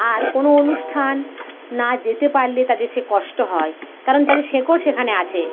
আর কোন অনুষ্ঠান না যেতে পারলে তাদের সে কষ্ট হয় কারণ তাদের শেকড় সেখানে আছে